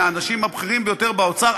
מהאנשים הבכירים ביותר באוצר,